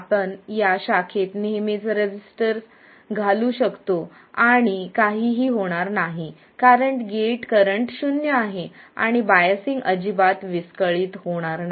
आपण या शाखेत नेहमीच रेसिस्टर घालू शकतो आणि काहीही होणार नाही कारण गेट करंट शून्य आहे आणि बायसिंग अजिबात विस्कळीत होणार नाही